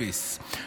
אפס,